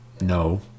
no